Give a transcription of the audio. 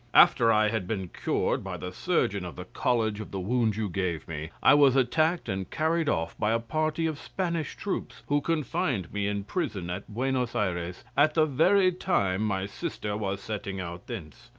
after i had been cured by the surgeon of the college of the and you gave me, i was attacked and carried off by a party of spanish troops, who confined me in prison at buenos ayres at the very time my sister was setting out thence.